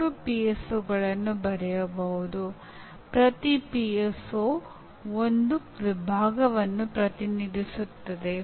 ಜ್ಞಾನವು ನೀಹಾರಿಕೆ ಪರಿಸರದಲ್ಲಿ ಪ್ರಸರಣ ರೀತಿಯಲ್ಲಿ ಅಸ್ತಿತ್ವದಲ್ಲಿದೆ ಎಂದು ನಾವು ಪರಿಗಣಿಸುತ್ತೇವೆ